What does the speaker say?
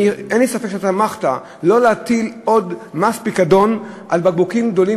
ואין לי ספק ששמחת לא להטיל עוד מס פיקדון על בקבוקים גדולים,